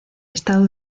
estado